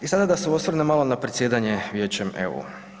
I sada da se osvrnem malo na predsjedanje Vijećem EU.